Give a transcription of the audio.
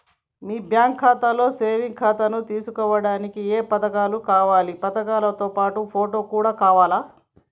మీ బ్యాంకులో సేవింగ్ ఖాతాను తీసుకోవడానికి ఏ ఏ పత్రాలు కావాలి పత్రాలతో పాటు ఫోటో కూడా కావాలా?